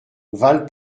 vals